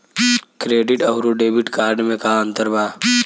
Credit अउरो debit card मे का अन्तर बा?